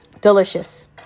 delicious